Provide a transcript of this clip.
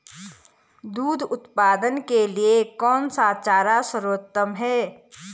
दूध उत्पादन के लिए कौन सा चारा सर्वोत्तम है?